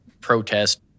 protest